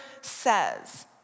says